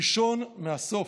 ראשון מהסוף.